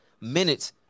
minutes